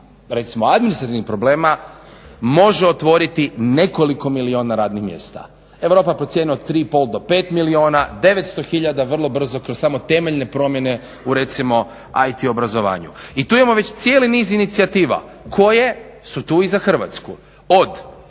recimo administrativnih problema može otvoriti nekoliko milijuna radnih mjesta. Europa po cijeni od 3,5 do 5 milijuna, 900 hiljada vrlo brzo kroz samo temeljne promjene u recimo IT obrazovanju. I tu imamo već cijeli niz inicijativa koje su tu i za Hrvatsku